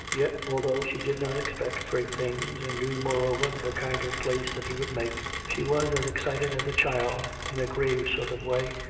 yet, although she did not expect great things, and knew, moreover, the kind of place that he would make, she was as excited as a child, in a grave sort of way,